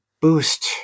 boost